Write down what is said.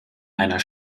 einer